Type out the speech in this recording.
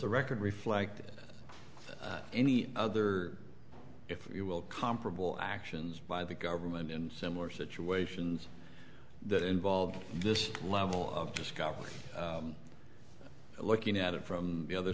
the record reflect any other if you will comparable actions by the government in similar situations that involve this level of discovery looking at it from the other